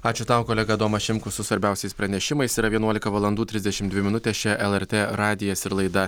ačiū tau kolega adomas šimkus su svarbiausiais pranešimais yra vienuolika valandų trisdešimt dvi minutės čia lrt radijas ir laida